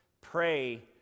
Pray